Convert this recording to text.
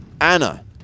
Anna